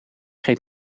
geen